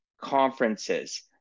conferences